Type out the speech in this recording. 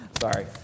Sorry